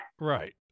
right